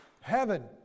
Heaven